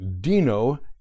Dino